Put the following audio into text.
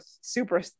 super